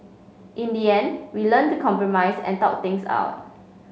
in the end we learnt to compromise and talk things out